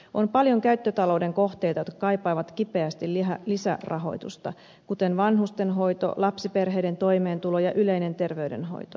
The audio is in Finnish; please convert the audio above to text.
on paljon käyttötalouden kohteita jotka kaipaavat kipeästi lisärahoitusta kuten vanhustenhoito lapsiperheiden toimeentulo ja yleinen terveydenhoito